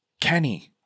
kenny